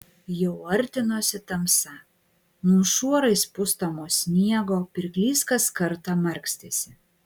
jau artinosi tamsa nuo šuorais pustomo sniego pirklys kas kartą markstėsi